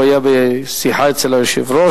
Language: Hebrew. הוא היה בשיחה אצל היושב-ראש.